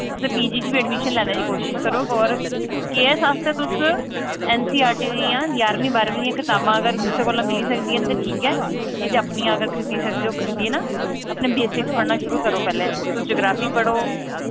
तुस P G च बी अडमिशन लैने दी कोशश करो और के ऐस्स आस्तै तुस ऐन्न सी आर टी दियां ग्यारवीं बाह्रमीं दियां कताबां अगर कुसै कोला मिली सकदियां ते ठीक ऐ नेईं ते अपनियां अगर खरीदी सकदे ओ खरीदियै ना अपने बेसिक्स पढ़ना शुरू करो पैह्लें तुस जियोग्राफी पढ़ो